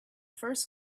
first